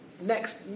Next